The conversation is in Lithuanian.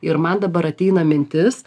ir man dabar ateina mintis